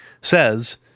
says